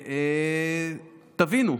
תבינו,